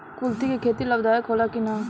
कुलथी के खेती लाभदायक होला कि न?